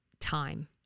time